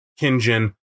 Kinjin